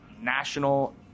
national